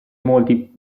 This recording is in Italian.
molti